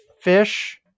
fish